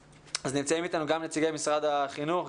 נמצאים איתנו גם נציגי משרד החינוך,